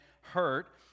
hurt